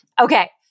Okay